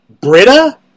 Britta